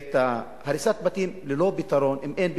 את הריסת הבתים ללא פתרון אם אין פתרון,